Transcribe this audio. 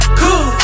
cool